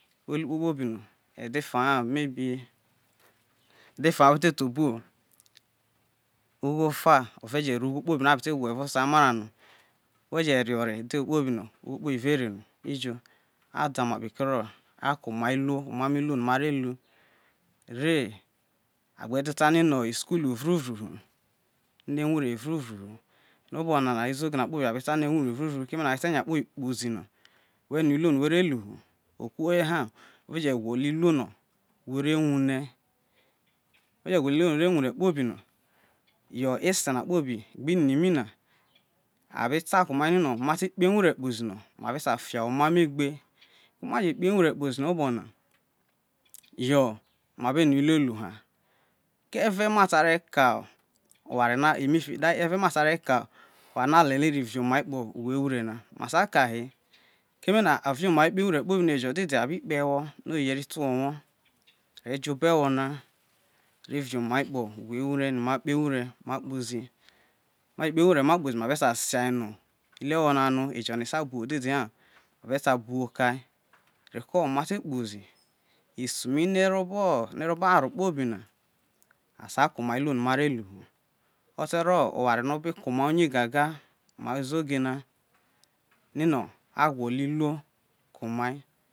we he kpokpobi no e̱de fa maybe edeja we te to obu wo. Ugho ofa ove je re ugho kpobi no ate wo se owe evao oku amara no we je re ore no ugho kpobi rere no ijo adaome kpekero a ko omai iluo omamo iluo no mare lu re ogbe du ta ni no isukulu uvruvru hu eno eware̱ uuruvru wu, obo̱ nana izoge na kpoli be ta ni no ewure uvruvru keme no wete nya kpobi kpozino we rue ilu no were lu hu uku ho ye ha we je gwolo iluo no were wune, we je gwolo iluo no were wune kpobi yo̱ ese na kpobi gbo ini mi na abe ta komai ni no nate kpe ewure kpo zi no mare sai fai ho oma mo egbe koma je kpo ewure kpozi no obo na yo ma be rue iluo lu ha ke re ma ta ro kae oware no ole li ri rio omai kpo eware na? Mata kae he keme na avio mai kpe ewure kpobi no ejo bi kpe ewo no oyoye ri te owowo are jo obo ewo are vio oma, kpo obo ewure makpozi yo ma lu kpobi no asai ko oma iluo no ma re lu hu otero oware no obe ko omai uye gaga mai uzoge na uno a gwo̱lo̱ iluo ko omai